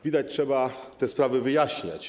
Widać, że trzeba te sprawy wyjaśniać.